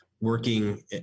working